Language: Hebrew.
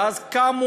ואז קמו